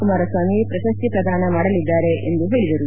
ಕುಮಾರಸ್ವಾಮಿ ಪ್ರಶಸ್ತಿ ಪ್ರಧಾನ ಮಾಡಲಿದ್ದಾರೆ ಎಂದು ಹೇಳಿದರು